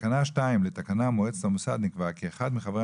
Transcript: בתקנה 2 לתקנה מועצת המוסד נקבע כי אחד מחברי